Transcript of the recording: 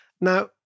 Now